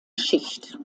schicht